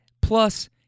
Plus